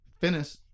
finish